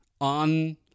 On